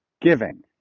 giving